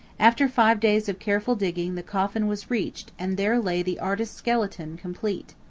after five days of careful digging the coffin was reached and there lay the artist's skeleton complete.